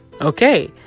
okay